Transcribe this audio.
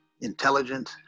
intelligent